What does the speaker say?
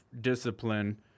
discipline